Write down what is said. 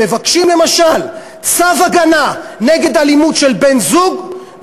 מבקש למשל צו הגנה נגד אלימות של בן-זוג,